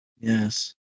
Yes